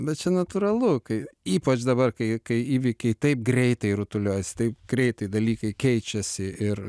bet čia natūralu kai ypač dabar kai kai įvykiai taip greitai rutuliojasi taip greitai dalykai keičiasi ir